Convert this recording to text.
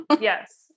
Yes